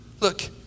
Look